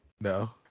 No